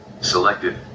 Selected